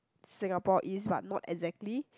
Singapore is but not exactly